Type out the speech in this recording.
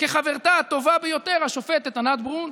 כחברתה הטובה ביותר, השופטת ענת ברון,